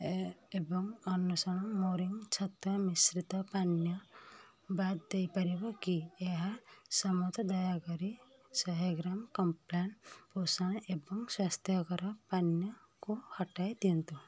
ଏ ଏବଂ ଅନ୍ଵେଷଣ ମୋରିଙ୍ଗ ଛତୁଆ ମିଶ୍ରିତ ପାନୀୟ ବାଦ୍ ଦେଇପାରିବ କି ଏହା ସମତ ଦୟାକରି ଶହେ ଗ୍ରାମ୍ କମ୍ପ୍ଲାନ ପୋଷଣ ଏବଂ ସ୍ଵାସ୍ଥ୍ୟକର ପାନୀୟକୁ ହଟାଇଦିଅନ୍ତୁ